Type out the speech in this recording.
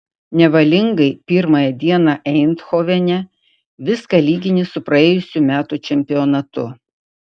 nevalingai pirmąją dieną eindhovene viską lygini su praėjusių metų čempionatu